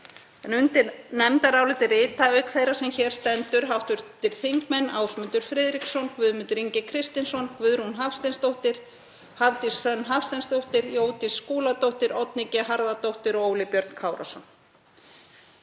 en undir nefndarálitið rita, auk þeirrar sem hér stendur, hv. þingmenn Ásmundur Friðriksson, Guðmundur Ingi Kristinsson, Guðrún Hafsteinsdóttir, Hafdís Hrönn Hafsteinsdóttir, Jódís Skúladóttir, Oddný G. Harðardóttir og Óli Björn Kárason.